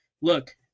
look